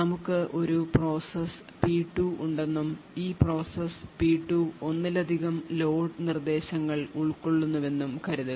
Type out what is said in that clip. നമുക്ക് ഒരു process P 2 ഉണ്ടെന്നും ഈ പ്രോസസ്സ് പി 2 ഒന്നിലധികം ലോഡ് നിർദ്ദേശങ്ങൾ ഉൾക്കൊള്ളുന്നുവെന്നും കരുതുക